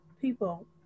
people